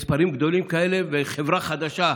במספרים גדולים כאלה וחברה חדשה,